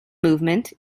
movement